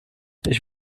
ich